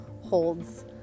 holds